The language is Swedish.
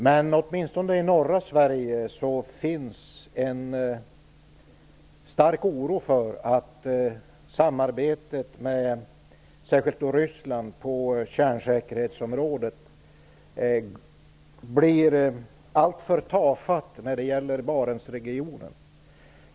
Men åtminstone i norra Sverige finns det en stark oro för att i synnerhet samarbetet med Ryssland på kärnsäkerhetsområdet kommer att bli allt för tafatt när det gäller Barentsregionen.